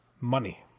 money